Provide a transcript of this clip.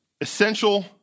essential